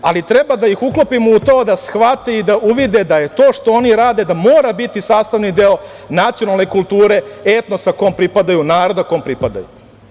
Ali treba ih uklopimo u to da shvate i da uvide da je to što oni rade da mora biti sastavni deo nacionalne kulture etnosa kom pripadaju, naroda kom pripadaju.